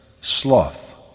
sloth